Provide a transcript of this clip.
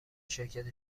شرکت